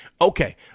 Okay